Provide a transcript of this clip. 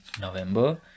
November